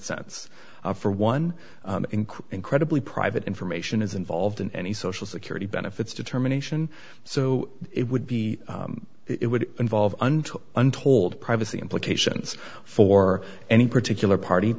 sense for one incredibly private information is involved in any social security benefits determination so it would be it would involve until untold privacy implications for any particular party